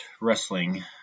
wrestling